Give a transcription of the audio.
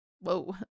whoa